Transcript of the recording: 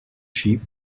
sheep